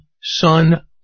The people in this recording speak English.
son